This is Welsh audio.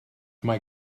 mae